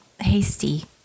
hasty